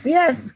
yes